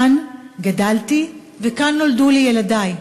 כאן גדלתי וכאן נולדו לי ילדי,